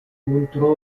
contro